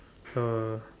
so